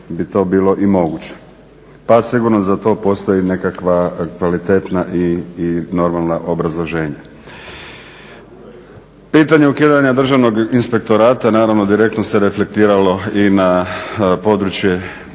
Pitanja ukidanja Državnog inspektorata direktno se reflektiralo i na područje